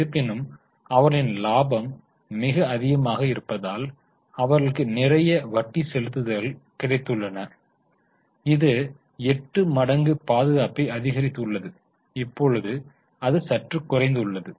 இருப்பினும் அவர்களின் லாபம் மிக அதிகமாக இருப்பதால் அவர்களுக்கு நிறைய வட்டி செலுத்துதல்கள் கிடைத்துள்ளன இது 8 மடங்கு பாதுகாப்பை அதிகரித்துள்ளது இப்பொழுது அது சற்று குறைந்துள்ளது